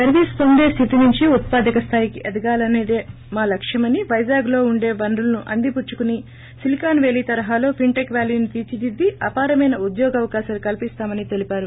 service పొందే స్దితి నుంచి ఉత్పాదక స్సాయికి ఎదిగాలనేదే మా లక్ష్యమని పైజాగ్ లో వుండే వనరులను అందిపుచ్చుకుని సిలికాన్ పేలీ తరహాలో ఫిస్ టెక్ వ్యాలీని తీర్చిదిద్ది అపారమైన ఉద్యోగావకాశాలు కల్సిస్తామని తెలిపారు